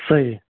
صحیح